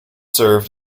served